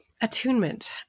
Attunement